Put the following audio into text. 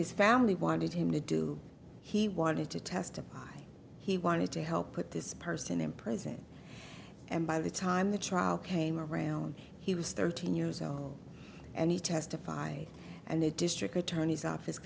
his family wanted him to do he wanted to testify he wanted to help put this person in prison and by the time the trial came around he was thirteen years old and he testified and the district attorney's office